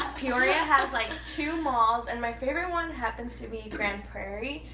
ah peoria has like two malls, and my favorite one happens to be grand prairie.